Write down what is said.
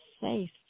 safe